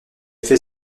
fait